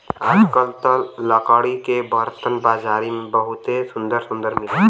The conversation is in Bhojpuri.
आजकल त लकड़ी के बरतन बाजारी में बहुते सुंदर सुंदर मिलेला